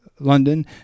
London